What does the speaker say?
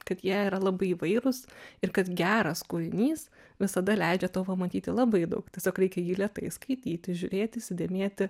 kad jie yra labai įvairūs ir kad geras kūrinys visada leidžia tau pamatyti labai daug tiesiog reikia jį lėtai skaityti žiūrėti įsidėmėti